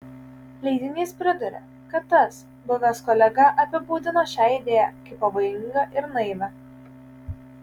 leidinys priduria kad tas buvęs kolega apibūdino šią idėją kaip pavojingą ir naivią